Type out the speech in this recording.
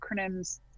acronyms